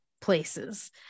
places